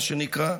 מה שנקרא,